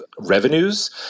revenues